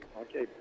Okay